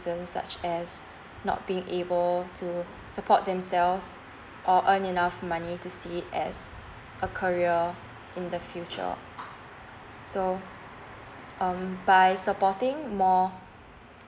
reasons such as not being able to support themselves or earn enough money to see it as a career in the future so um by supporting more